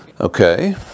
Okay